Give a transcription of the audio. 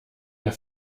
der